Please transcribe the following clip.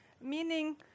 meaning